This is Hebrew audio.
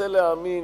רוצה להאמין